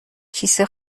کیسه